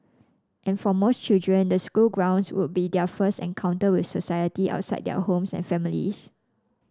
and for most children the school grounds would be their first encounter with society outside their homes and families